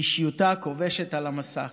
באישיותה הכובשת על המסך.